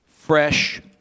fresh